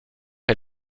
est